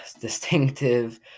distinctive